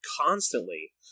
constantly